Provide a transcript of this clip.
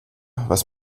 was